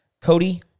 Cody